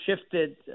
shifted